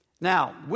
Now